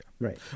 Right